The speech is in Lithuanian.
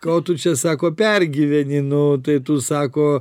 ko tu čia sako pergyveni nu tai tu sako